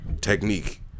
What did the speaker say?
technique